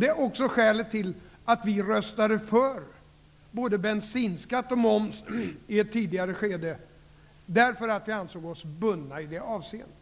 Det är skälet till att vi röstade för både bensinskatt och moms i ett tidigare skede. Vi ansåg oss bundna i detta avseende.